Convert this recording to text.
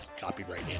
copyright